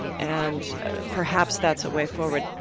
and perhaps that's a way forward.